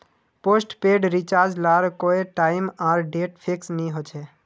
postpaid recharge लार कोए time आर डेट फिक्स नि होछे